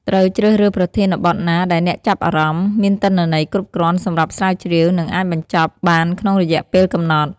ត្រូវជ្រើសរើសប្រធានបទណាដែលអ្នកចាប់អារម្មណ៍ មានទិន្នន័យគ្រប់គ្រាន់សម្រាប់ស្រាវជ្រាវ និងអាចបញ្ចប់បានក្នុងរយៈពេលកំណត់។